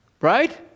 right